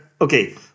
okay